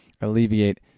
alleviate